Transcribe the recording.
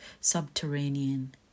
subterranean